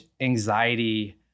anxiety